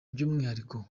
by’umwihariko